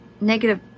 negative